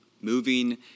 moving